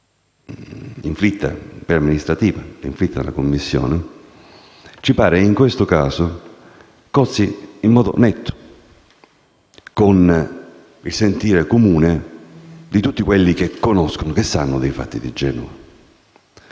la pena amministrativa inflitta dalla commissione - ci pare, in questo caso, cozzi in modo netto con il sentire comune di tutti quelli che conoscono i fatti di Genova.